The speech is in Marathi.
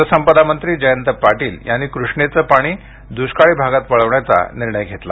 जलसंपदा मंत्री जयंत पाटील यांनी कृष्णेचे पाणी द्ष्काळी भागात वळवण्याचा निर्णय घेतला